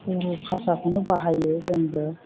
बर' भासाखौनो बाहायो जोंबो